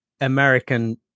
american